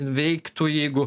veiktų jeigu